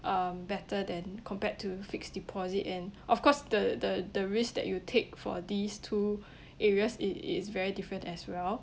um better than compared to fixed deposit and of course the the the risk that you take for these two areas i~ is very different as well